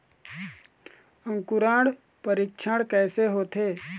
अंकुरण परीक्षण कैसे होथे?